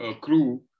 crew